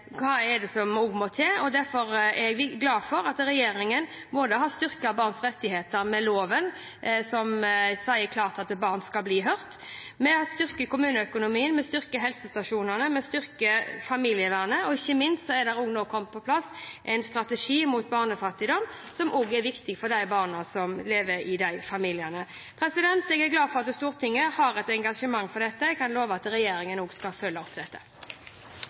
hva som må til. Jeg er glad for at regjeringen både har styrket barns rettigheter gjennom loven, som sier klart at barn skal bli hørt, og vi har styrket kommuneøkonomien, vi styrker helsestasjonene, vi styrker familievernet, og ikke minst er det nå også kommet på plass en strategi mot barnefattigdom, som også er viktig for de barna som lever i de familiene. Jeg er glad for at Stortinget har et engasjement for dette. Jeg kan love at regjeringen også skal følge opp dette.